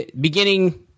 beginning –